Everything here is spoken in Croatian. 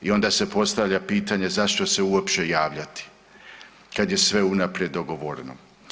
I onda se postavlja pitanje zašto se uopće javljati kada je sve unaprijed dogovoreno.